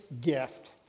gift